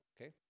Okay